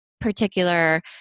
particular